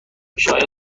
شایدم